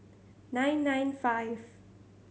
nine nine five